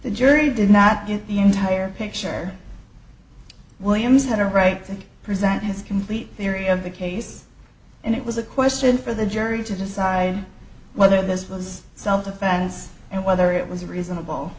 the jury did not get the entire picture williams had a right to present his complete theory of the case and it was a question for the jury to decide whether this was self defense and whether it was reasonable